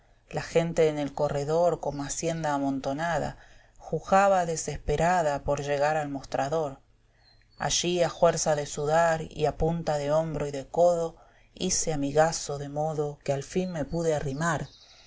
la gente en el corredor como hacienda amontonada jujaba desesperada por llegar al mostrador allí a juerza de sudar y a punta de hombro y de codo hice amigaso de modo que al fin me pude arrimar